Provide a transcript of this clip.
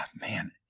man